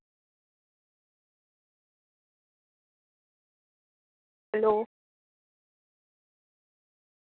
hello